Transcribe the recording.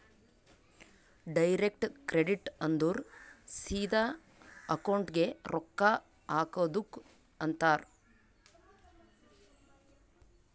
direct credit ಅಂದುರ್ ಸಿದಾ ಅಕೌಂಟ್ಗೆ ರೊಕ್ಕಾ ಹಾಕದುಕ್ ಅಂತಾರ್